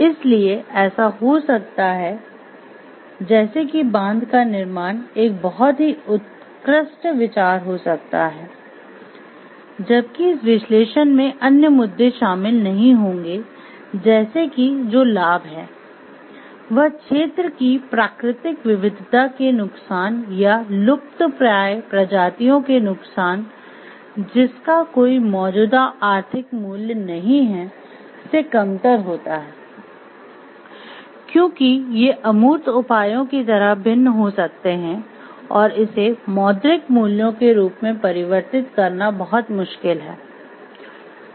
इसलिए ऐसा हो सकता है जैसे कि बांध का निर्माण एक बहुत ही उत्कृष्ट विचार हो सकता है जबकि इस विश्लेषण में अन्य मुद्दे शामिल नहीं होंगे जैसे कि जो लाभ है वह क्षेत्र की प्राकृतिक विविधिता के नुकसान या लुप्तप्राय प्रजातियों के नुकसान जिसका कोई मौजूदा आर्थिक मूल्य नहीं हैं से कमतर होता है क्योंकि ये अमूर्त उपायों की तरह भिन्न हो सकते हैं और इसे मौद्रिक मूल्यों के रूप में परिवर्तित करना बहुत मुश्किल है